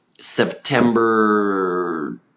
September